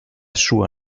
sua